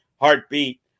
heartbeat